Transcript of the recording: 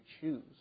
choose